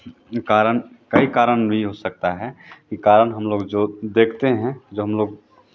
कारण कई कारण भी हो सकता है कि कारण जो हम लोग देखते हैं जो हम लोग